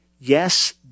Yes